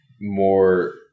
more